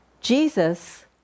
Jesus